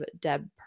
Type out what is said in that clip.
Deb